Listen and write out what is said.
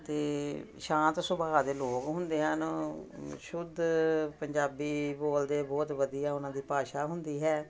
ਅਤੇ ਸ਼ਾਂਤ ਸੁਭਾਅ ਦੇ ਲੋਕ ਹੁੰਦੇ ਹਨ ਸ਼ੁੱਧ ਪੰਜਾਬੀ ਬੋਲਦੇ ਬਹੁਤ ਵਧੀਆ ਉਹਨਾਂ ਦੀ ਭਾਸ਼ਾ ਹੁੰਦੀ ਹੈ